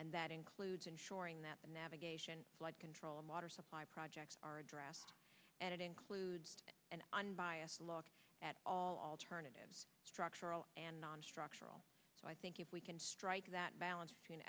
and that includes ensuring that the navigation flood control and water supply projects are addressed and it includes an unbiased look at alternatives structural and nonstructural i think if we can strike that balance between